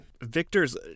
victor's